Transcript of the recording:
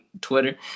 Twitter